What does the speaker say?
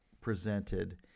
presented